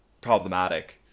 problematic